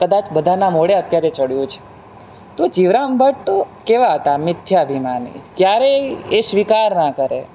કદાચ બધાના મોઢે અત્યારે ચડ્યું છે તો જીવરામ ભટ્ટ તો કેવા હતા મિથ્યાભિમાની એ ક્યારેય એ સ્વીકાર ના કરે